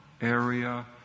area